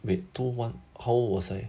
wait two O one how old was I